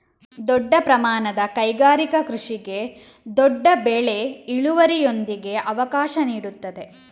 ದೊಡ್ಡ ಪ್ರಮಾಣದ ಕೈಗಾರಿಕಾ ಕೃಷಿಗೆ ದೊಡ್ಡ ಬೆಳೆ ಇಳುವರಿಯೊಂದಿಗೆ ಅವಕಾಶ ನೀಡುತ್ತದೆ